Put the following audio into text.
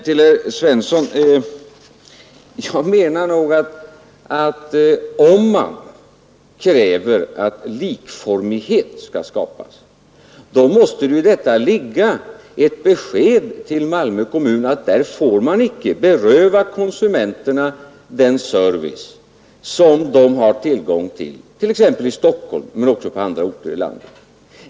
Till herr Svensson i Kungälv vill jag säga att om man kräver att likformighet skall skapas, måste det ju i detta krav ligga ett besked till Malmö kommun, att man där icke får beröva konsumenterna den service som de har tillgång till exempelvis i Stockholm men också på andra orter i landet.